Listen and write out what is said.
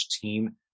team